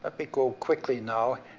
ah but go quickly now.